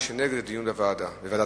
מי שנגד זה דיון בוועדת הפנים.